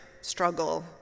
struggle